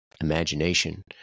imagination